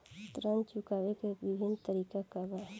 ऋण चुकावे के विभिन्न तरीका का बा?